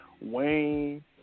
Wayne